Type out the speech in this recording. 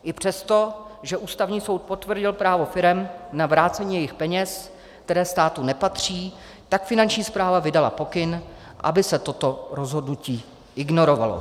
I přesto, že Ústavní soud potvrdil právo firem na vrácení jejich peněz, které státu nepatří, tak Finanční správa vydala pokyn, aby se toto rozhodnutí ignorovalo.